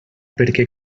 perquè